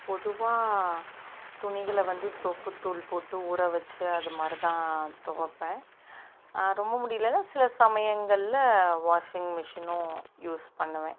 பொதுவாக துணிகளை வந்து சோப்புத்தூள் போட்டு ஊற வச்சு அது மாதிரிதான் துவப்பேன் ரொம்ப முடியலைன்னா சில சமயங்களில் வாஷிங் மிஷின்னும் யூஸ் பண்ணுவேன்